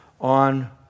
on